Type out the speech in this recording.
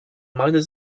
meiner